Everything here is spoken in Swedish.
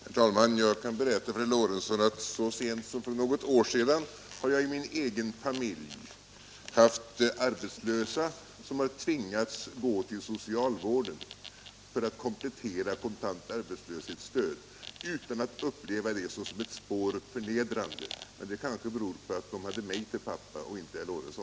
Herr talman! Jag kan berätta för herr Lorentzon att så sent som för något år sedan hade jag i min egen familj arbetslösa som tvingades gå till socialvården för att komplettera kontant arbetslöshetsstöd utan att uppleva det som ett spår förnedrande. Men det kanske berodde på att de hade mig och inte herr Lorentzon till pappa.